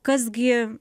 kas gi